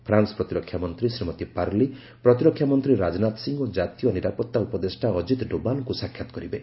France ପ୍ରତିରକ୍ଷାମନ୍ତ୍ରୀ Shrimati Parly' ପ୍ରତିରକ୍ଷାମନ୍ତ୍ରୀ ରାଜନାଥ ସିଂ ଓ ଜାତୀୟ ନିରାପତ୍ତା ଉପଦେଷ୍ଟା ଅକିତ ଡୋବାଲଙ୍କୁ ସାକ୍ଷାତ କରିବେ